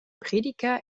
prediger